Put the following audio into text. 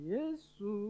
Yesu